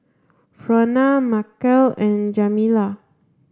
Frona Markel and Jamila